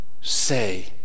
say